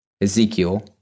Ezekiel